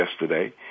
yesterday